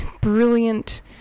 brilliant